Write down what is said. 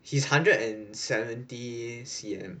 he is hundred and seventy C_M